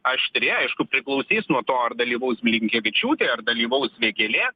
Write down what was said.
aštri aišku priklausys nuo to ar dalyvaus blinkevičiūtė ar dalyvaus vėgėlė